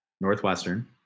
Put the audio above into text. Northwestern